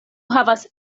havas